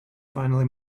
finally